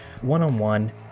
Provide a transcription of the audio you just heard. one-on-one